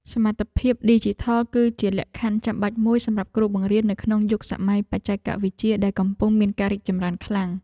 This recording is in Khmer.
សមត្ថភាពឌីជីថលគឺជាលក្ខខណ្ឌចាំបាច់មួយសម្រាប់គ្រូបង្រៀននៅក្នុងយុគសម័យបច្ចេកវិទ្យាដែលកំពុងមានការរីកចម្រើនខ្លាំង។